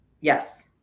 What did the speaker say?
Yes